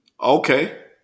Okay